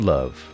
Love